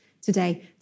today